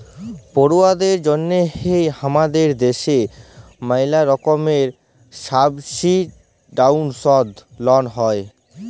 পড়ুয়াদের জন্যহে হামাদের দ্যাশে ম্যালা রকমের সাবসিডাইসদ লন হ্যয়